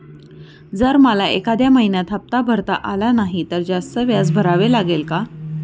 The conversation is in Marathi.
जर मला एखाद्या महिन्यात हफ्ता भरता आला नाही तर जास्त व्याज भरावे लागेल का?